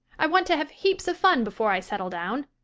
i want to have heaps of fun before i settle down.